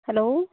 hello